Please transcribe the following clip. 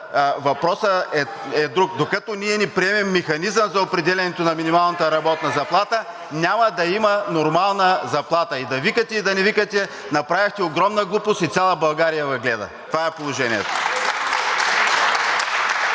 Въпросът е друг. Докато ние не прием механизъм за определянето на минималната работна заплата, няма да има нормална заплата. (Шум и реплики от ГЕРБ-СДС.) И да викате, и да не викате, направихте огромна глупост и цяла България Ви гледа. Това е положението.